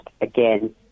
again